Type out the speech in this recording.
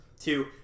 Two